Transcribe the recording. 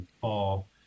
fall